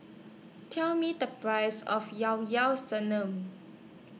Tell Me The Price of Llao Llao Sanum